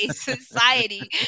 society